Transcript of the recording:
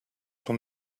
sur